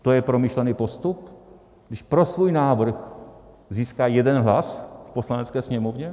To je promyšlený postup, když pro svůj návrh získá jeden hlas v Poslanecké sněmovně?